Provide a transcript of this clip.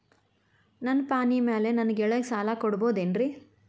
ನನ್ನ ಪಾಣಿಮ್ಯಾಲೆ ನನ್ನ ಗೆಳೆಯಗ ಸಾಲ ಕೊಡಬಹುದೇನ್ರೇ?